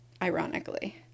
Ironically